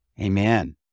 Amen